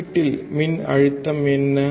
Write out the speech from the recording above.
வெளியீட்டில் மின்னழுத்தம் என்ன